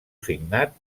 signat